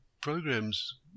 programs